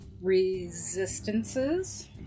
Resistances